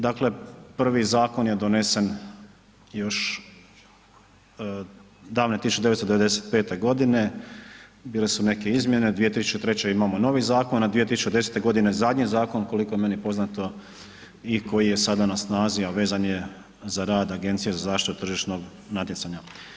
Dakle, prvi zakon je donesen još davne 19995. g., bile su neke izmjene, 2003. imamo novi zakon a 2010. g. zadnji zakon, koliko je meni poznato i koji je sada na snazi a vezan je za rad Agencije za zaštitu tržišnog natjecanja.